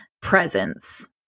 presence